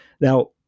Now